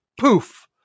poof